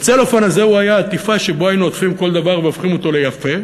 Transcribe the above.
הצלופן הזה היה עטיפה שבה היינו עוטפים כל דבר והופכים אותו ליפה,